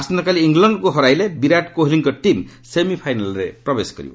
ଆସନ୍ତାକାଲି ଇଂଲଣ୍ଡକ୍ ହରାଇଲେ ବିରାଟ୍ କୋହଲୀଙ୍କ ଟିମ୍ ସେମିଫାଇନାଲ୍ରେ ପ୍ରବେଶ କରିବ